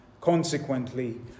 consequently